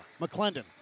McClendon